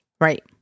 Right